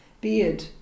beard